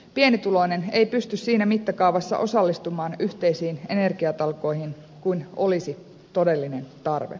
pienituloinen ei pysty siinä mittakaavassa osallistumaan yhteisiin energiatalkoisiin kuin olisi todellinen tarve